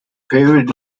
period